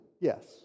yes